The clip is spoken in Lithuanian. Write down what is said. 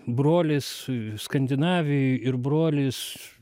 brolis skandinavijoj ir brolis